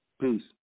Peace